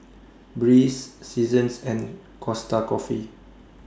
Breeze Seasons and Costa Coffee